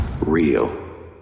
real